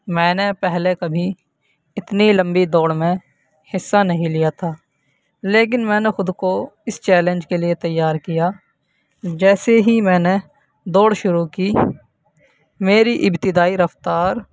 میں نے پہلے کبھی اتنی لمبی دوڑ میں حصہ نہیں لیا تھا لیکن میں نے خود کو اس چیلنج کے لیے تیار کیا جیسے ہی میں نے دوڑ شروع کی میری ابتدائی رفتار